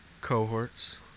cohorts